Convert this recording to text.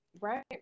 Right